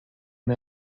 and